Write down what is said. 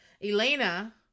Elena